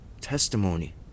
testimony